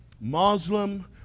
Muslim